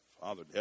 Father